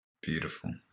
Beautiful